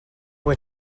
were